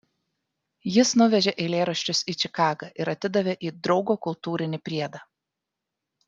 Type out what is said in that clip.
jis nuvežė eilėraščius į čikagą ir atidavė į draugo kultūrinį priedą